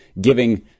giving